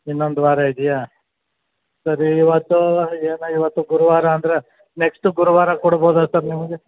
ಇನ್ನೊಂದು ವಾರ ಇದೆಯಾ ಸರಿ ಇವತ್ತು ಏನು ಇವತ್ತು ಗುರುವಾರ ಅಂದರೆ ನೆಕ್ಸ್ಟು ಗುರುವಾರ ಕೊಡ್ಬೋದ ಸರ್ ನಿಮಗೆ